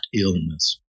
illness